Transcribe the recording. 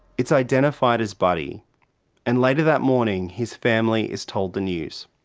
it's identified as buddy and later that morning, his family is told the news.